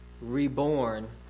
reborn